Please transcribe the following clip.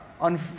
on